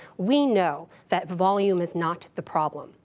we know that volume is not the problem.